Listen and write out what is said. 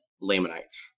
Lamanites